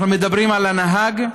אנחנו מדברים על הנהג,